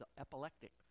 epileptic